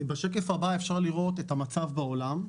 בשקף הבא אפשר לראות את המצב בעולם.